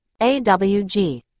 AWG